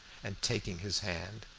and taking his hand.